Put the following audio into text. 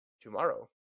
tomorrow